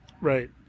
Right